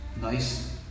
nice